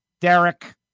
Derek